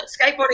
Skateboarding